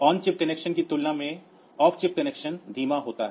on chip connection की तुलना में ऑफ चिप कनेक्शन धीमा होता है